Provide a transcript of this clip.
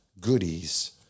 goodies